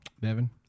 Devin